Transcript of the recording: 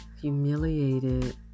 humiliated